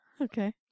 Okay